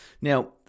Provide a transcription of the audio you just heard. Now